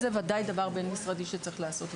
זה בוודאי דבר בין-משרדי שצריך לעשות.